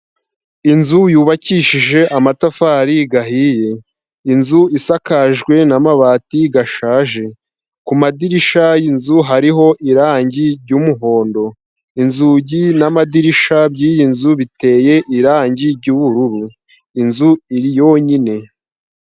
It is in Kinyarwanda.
Inzu yubakishije amatafari ahiye, inzu isakajwe n'amabati ashaje, ku madirishya y'inzu hariho irangi ry'umuhondo, inzugi n'amadirishya by'iyi nzu biteye irangi ry'ubururu, inzu iri yonyine.